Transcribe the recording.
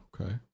Okay